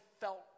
felt